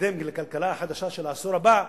לקדם לכלכלה החדשה של העשור הבא,